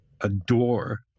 adore